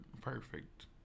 perfect